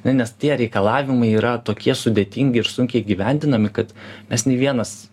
ane nes tie reikalavimai yra tokie sudėtingi ir sunkiai įgyvendinami kad mes nei vienas